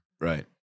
Right